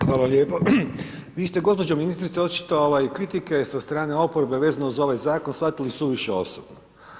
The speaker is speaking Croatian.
Hvala lijepo, vi ste gospođo ministrice očito ovaj kritike sa strane oporbe vezano za ovaj zakon shvatili suviše osobno.